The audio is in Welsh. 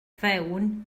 fewn